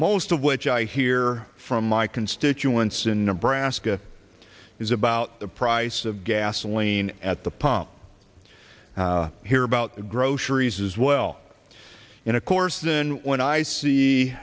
most of which i hear from my constituents in nebraska is about the price of gasoline at the pump here about groceries as well and of course then when i see